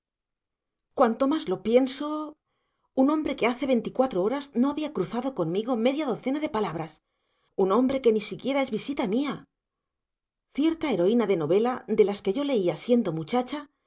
cuanto más lo pienso un hombre que hace veinticuatro horas no había cruzado conmigo media docena de palabras un hombre que ni siquiera es visita mía cierta heroína de novela de las que yo leía siendo muchacha